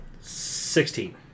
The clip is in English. Sixteen